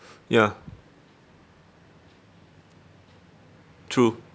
ya true